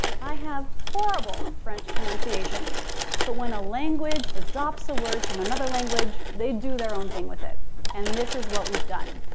i have horrible french pronunciation but when a language adopts the word from another language they do their own thing with it and this is what we've done.